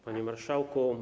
Panie Marszałku!